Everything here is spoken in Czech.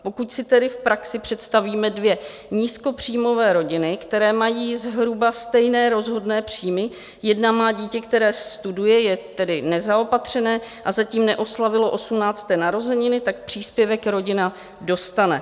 Pokud si tedy v praxi představíme dvě nízkopříjmové rodiny, které mají zhruba stejné rozhodné příjmy, jedna má dítě, které studuje, je tedy nezaopatřené a zatím neoslavilo 18. narozeniny, tak příspěvek rodina dostane.